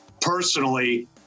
personally